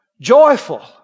Joyful